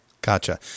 Gotcha